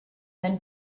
then